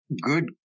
Good